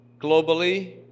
globally